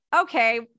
okay